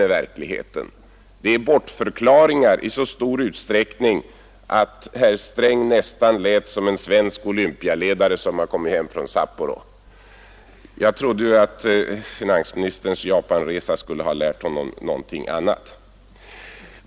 Det är bortförklaringar i så stor utsträckning att herr Sträng nästan lät som en svensk olympialedare som kommit hem från Sapporo. Jag trodde att finansministerns Japanresa skulle ha lärt honom någonting annat.